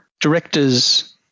Directors